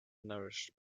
nourished